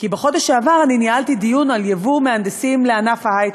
כי בחודש שעבר ניהלתי דיון על ייבוא מהנדסים לענף ההיי-טק.